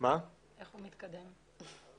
איך הוא מתקדם?